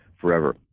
forever